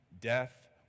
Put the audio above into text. Death